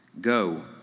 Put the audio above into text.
Go